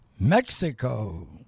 Mexico